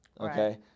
Okay